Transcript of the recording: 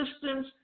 systems